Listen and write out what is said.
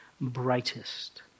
brightest